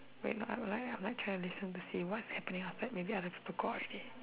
wait I'm like I'm like trying to listen to see what's happening outside maybe other people go out already